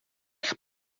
eich